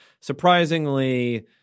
surprisingly